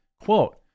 quote